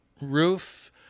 roof